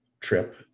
Trip